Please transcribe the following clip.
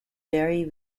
very